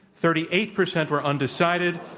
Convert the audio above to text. thirty eight percent were undecided.